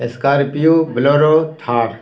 scorpio bolero Thar